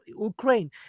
Ukraine